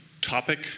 topic